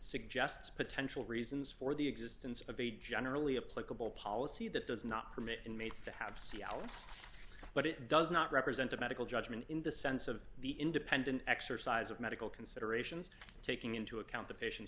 suggests potential reasons for the existence of a generally a political policy that does not permit inmates to have c l s but it does not represent a medical judgment in the sense of the independent exercise of medical considerations taking into account the patients